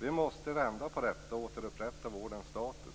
Vi måste vända på detta och återupprätta vårdens status.